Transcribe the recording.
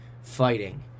fighting